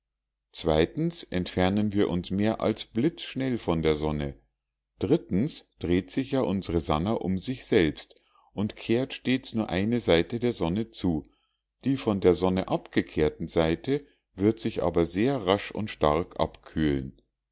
zweitens entfernen wir uns mehr als blitzschnell von der sonne drittens dreht sich ja unsre sannah um sich selbst und kehrt stets nur eine seite der sonne zu die von der sonne abgekehrte seite wird sich aber sehr rasch und stark abkühlen